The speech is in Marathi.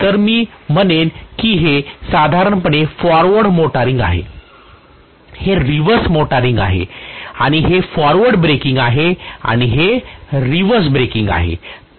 तर मी म्हणेन की हे साधारणपणे फॉरवर्ड मोटरिंग आहे हे रिव्हर्स मोटरिंग आहे आणि हे फॉरवर्ड ब्रेकिंग आहे आणि हे रिव्हर्स ब्रेकिंग आहे